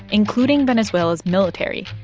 including venezuela's military.